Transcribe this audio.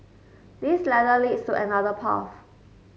this ladder leads to another path